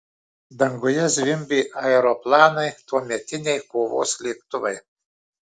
danguje zvimbė aeroplanai tuometiniai kovos lėktuvai